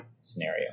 scenario